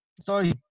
Sorry